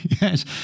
Yes